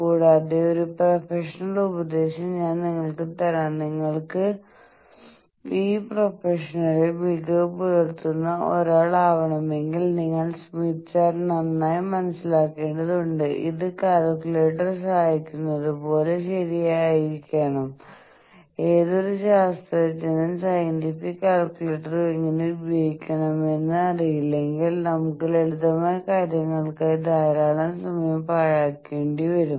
കൂടാതെ ഒരു പ്രൊഫഷണൽ ഉപദേശം ഞാൻ നിങ്ങൾക്ക് തരാം നിങ്ങൾക്ക് ഈ പ്രൊഫഷനലിൽ മികവ് പുലർത്തുന്ന ഒരാൾ ആവണമെങ്കിൽ നിങ്ങൾ സ്മിത്ത് ചാർട്ട് നന്നായി മനസ്സിലാക്കേണ്ടതുണ്ട് ഇത് കാൽക്കുലേറ്റർ സഹായിക്കുന്നതുപോലെ ശരിയായിരിക്കണം ഏതൊരു ശാസ്ത്രജ്ഞനും സയന്റിഫിക് കാൽക്കുലേറ്ററുകൾ എങ്ങനെ ഉപയോഗിക്കണമെന്ന് അറിയില്ലെങ്കിൽ നമുക്ക് ലളിതമായ കാര്യങ്ങൾക്കായി ധാരാളം സമയം പാഴാക്കേണ്ടതായി വരും